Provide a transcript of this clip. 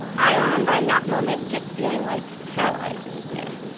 i remember in that moment, just feeling like paralyzing fear.